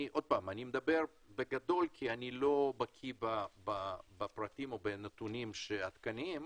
אני מדבר בגדול כי אני לא בקי בנתונים עדכניים,